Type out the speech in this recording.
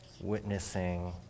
Witnessing